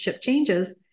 changes